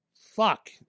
Fuck